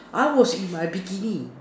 I was in my bikini